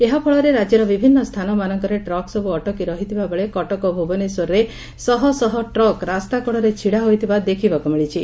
ଏହାଫଳରେ ରାକ୍ୟର ବିଭିନ୍ନ ସ୍ରାନ ମାନଙ୍କରେ ଟ୍ରକ୍ସବୁ ଅଟକି ରହିଥିବାବେଳେ କଟକ ଓ ଭୁବନେଶ୍ୱରରେ ଶହଶହ ଟ୍ରକ୍ ରାସ୍ତାକଡ଼ରେ ଛିଡାହୋଇଥିବା ଦେଖିବାକୁ ମିଳିଛି